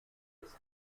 des